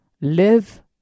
Live